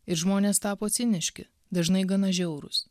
ir žmonės tapo ciniški dažnai gana žiaurūs